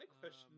question